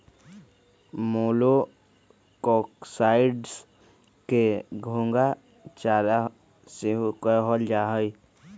मोलॉक्साइड्स के घोंघा चारा सेहो कहल जाइ छइ